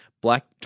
black